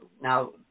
now